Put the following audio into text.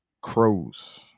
Crows